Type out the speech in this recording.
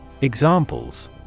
Examples